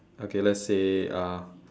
okay so let's say uh